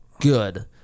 good